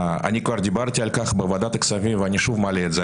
אני כבר דיברתי על כך בוועדת הכספים ואני שוב מעלה את זה,